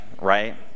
right